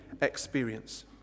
experience